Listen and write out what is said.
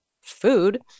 food